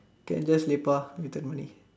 can just leap with the money